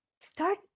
start